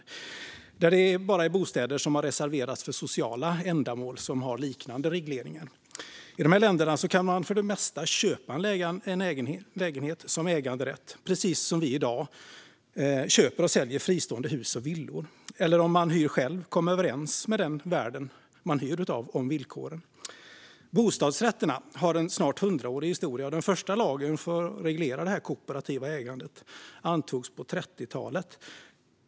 Där är det endast bostäder som har reserverats för sociala ändamål som har liknande regleringar. I de länderna kan man för det mesta köpa en lägenhet som äganderätt, precis som vi i dag köper och säljer fristående hus och villor. Om man i stället hyr själv kan man komma överens med den värd man hyr av om villkoren. Bostadsrätterna har en snart 100-årig historia. Den första lagen för att reglera detta kooperativa ägande antogs på 30-talet.